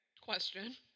Question